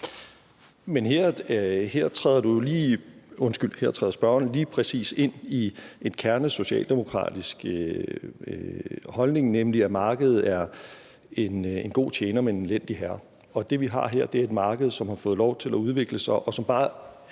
træder spørgeren lige præcis ind i en kernesocialdemokratisk holdning, nemlig at markedet er en god tjener, men en elendig herre. Det, vi har her, er et marked, som har fået lov til at udvikle sig, og som bare